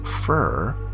fur